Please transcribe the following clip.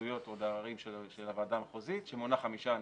להתנגדויות או לעררים של הוועדה המחוזית שמונה חמישה אנשים,